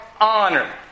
honor